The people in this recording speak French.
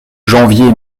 janvier